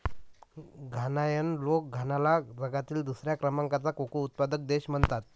घानायन लोक घानाला जगातील दुसऱ्या क्रमांकाचा कोको उत्पादक देश म्हणतात